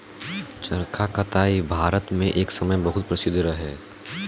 चरखा कताई भारत मे एक समय बहुत प्रसिद्ध रहे